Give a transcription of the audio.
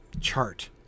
chart